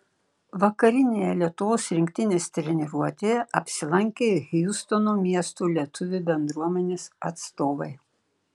vakarinėje lietuvos rinktinės treniruotėje apsilankė hjustono miesto lietuvių bendruomenės atstovai